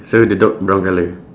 so the dog brown colour